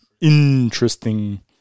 Interesting